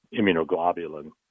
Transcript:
immunoglobulin